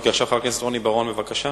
עכשיו חבר הכנסת רוני בר-און, בבקשה.